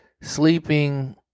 sleeping